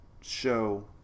show